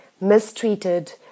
mistreated